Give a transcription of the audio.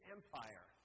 Empire